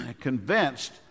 convinced